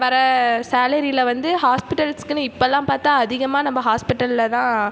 வர சேலரியில் வந்து ஹாஸ்பிட்டல்ஸ்க்குனு இப்போல்லாம் பார்த்தா அதிகமாக நம்ம ஹாஸ்பிட்டலில் தான்